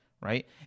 Right